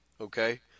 okay